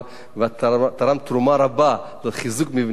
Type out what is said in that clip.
את תרמת תרומה רבה לחיזוק מבנים במדינת ישראל.